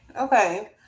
Okay